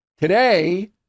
Today